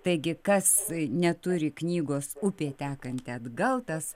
taigi kas neturi knygos upė tekanti atgal tas